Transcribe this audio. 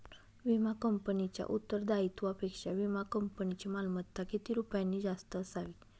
विमा कंपनीच्या उत्तरदायित्वापेक्षा विमा कंपनीची मालमत्ता किती रुपयांनी जास्त असावी?